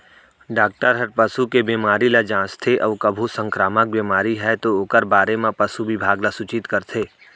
doctor हर पसू के बेमारी ल जांचथे अउ कभू संकरामक बेमारी हे तौ ओकर बारे म पसु बिभाग ल सूचित करथे